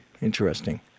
Interesting